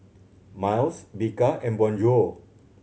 Miles Bika and Bonjour